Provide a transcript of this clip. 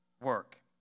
work